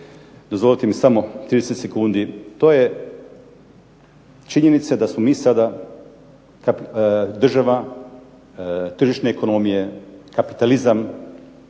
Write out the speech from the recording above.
dozvolite mi samo 30 sekundi. To je činjenica da smo mi sada država tržišne ekonomije, u obliku